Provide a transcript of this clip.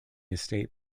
estate